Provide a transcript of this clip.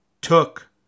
took